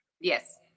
Yes